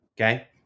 Okay